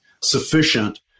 sufficient